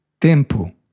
tempo